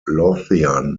lothian